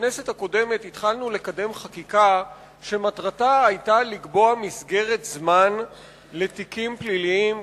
בכנסת הקודמת התחלנו לקדם חקיקה שמטרתה לקבוע מסגרת זמן לתיקים פליליים,